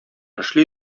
эшли